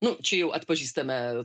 nu čia jau atpažįstame